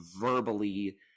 verbally